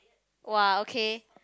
!wah! okay